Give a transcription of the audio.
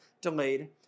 delayed